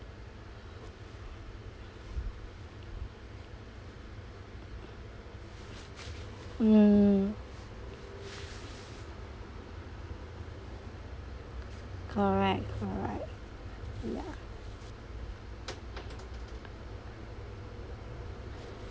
mm correct correct ya